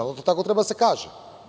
Onda tako treba da se kaže.